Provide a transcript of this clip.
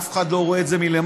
אף אחד לא רואה את זה מלמעלה,